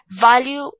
value